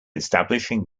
establishing